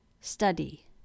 study